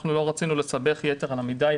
אנחנו לא רצינו לסבך יתר על המידה.